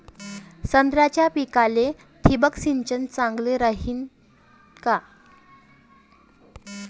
संत्र्याच्या पिकाले थिंबक सिंचन चांगलं रायीन का?